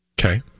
Okay